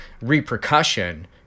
repercussion